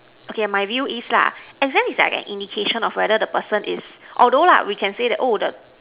okay my view is lah exam is like an indication of whether the person is although lah we can say that the